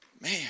man